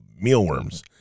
Mealworms